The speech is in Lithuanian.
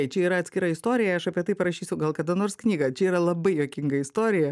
čia yra atskira istorija aš apie tai parašysiu gal kada nors knygą čia yra labai juokinga istorija